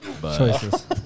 Choices